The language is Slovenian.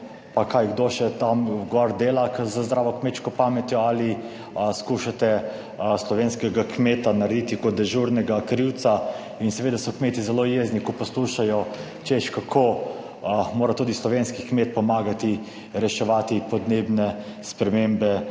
pa kaj kdo še tam gor dela kar z zdravo kmečko pametjo, ali skušate slovenskega kmeta narediti kot dežurnega krivca in seveda so kmetje zelo jezni, ko poslušajo, češ kako mora tudi slovenski kmet pomagati reševati podnebne spremembe